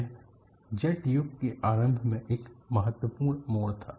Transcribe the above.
यह जेट युग के आरंभ में एक महत्वपूर्ण मोड़ था